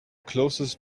closest